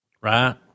right